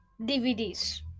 DVDs